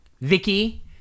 Vicky